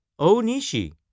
Onishi